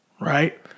right